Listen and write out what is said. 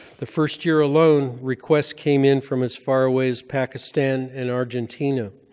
the first year alone, requests came in from as far away as pakistan and argentina.